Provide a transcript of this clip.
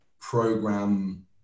program